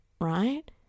right